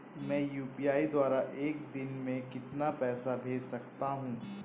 मैं यू.पी.आई द्वारा एक दिन में कितना पैसा भेज सकता हूँ?